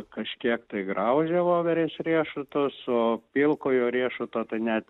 kažkiek tai graužia voverės riešutus o pilkojo riešuto tai net